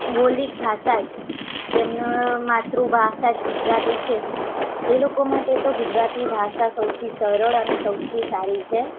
બોલી ભાષા જ જેમને માતૃભાષા જ ગુજરાતી છે તે લોકો માટે તો ગુજરાતી ભાષા સૌથી સરળ અને સૌથી સારી છે